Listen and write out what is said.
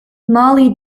mollie